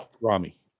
Rami